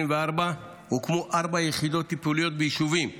הוקמו ארבע יחידות טיפוליות ביישובים רמלה,